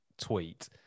tweet